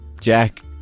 Jack